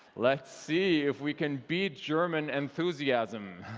let's see if we can beat german enthusiasm.